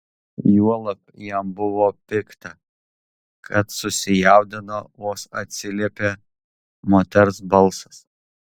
juolab jam buvo pikta kad susijaudino vos atsiliepė moters balsas